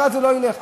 זה לא ילך.